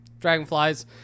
dragonflies